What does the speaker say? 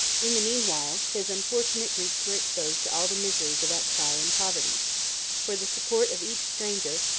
in the mean while, his unfortunate greeks were exposed to all the miseries of exile and poverty for the support of each stranger,